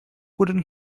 wooden